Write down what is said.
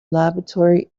laboratory